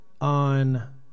on